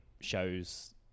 shows